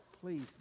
Please